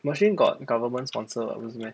machine got government sponsor [what] 不是 meh